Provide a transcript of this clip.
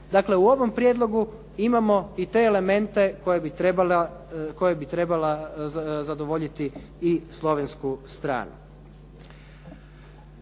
Dakle, u ovom prijedlogu imamo i te elemente koje bi trebala zadovoljiti i slovensku stranu.